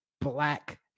Black